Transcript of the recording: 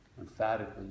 emphatically